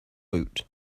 woot